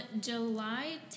July